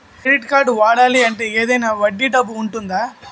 Credit కార్డ్ని వాడాలి అంటే ఏదైనా వడ్డీ డబ్బు ఉంటుందా?